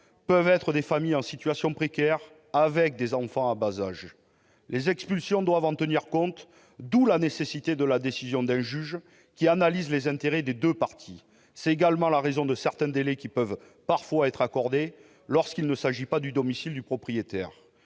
peuvent être des familles en situation précaire avec des enfants en bas âge. Les expulsions doivent en tenir compte, d'où la nécessité de la décision d'un juge, qui analyse les intérêts des deux parties. C'est également la raison de certains délais qui peuvent parfois être accordés lorsqu'il ne s'agit pas du domicile du propriétaire.